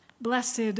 Blessed